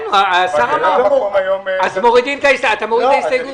אני משאיר את ההסתייגות.